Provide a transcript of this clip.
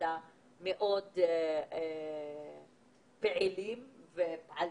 מאוד פעילים ופעלתנים.